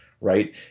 right